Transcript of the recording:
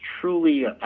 truly